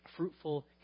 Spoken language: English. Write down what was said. Fruitful